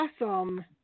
awesome